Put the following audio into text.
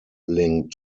link